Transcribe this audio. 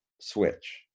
switch